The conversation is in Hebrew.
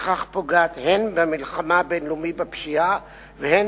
ובכך פוגעת הן במלחמה הבין-לאומית בפשיעה והן